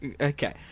Okay